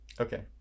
Okay